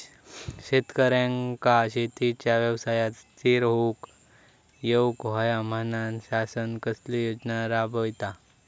शेतकऱ्यांका शेतीच्या व्यवसायात स्थिर होवुक येऊक होया म्हणान शासन कसले योजना राबयता?